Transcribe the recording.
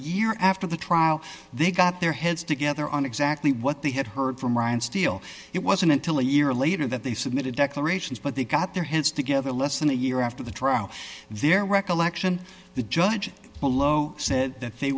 year after the trial they got their heads together on exactly what they had heard from ryan steele it wasn't until a year later that they submitted declarations but they got their heads together less than a year after the trial there were recollection the judge below said that they